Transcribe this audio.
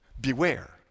Beware